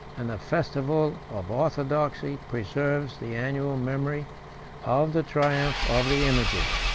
and the festival of orthodoxy preserves the annual memory of the triumph of the images.